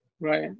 Right